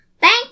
thank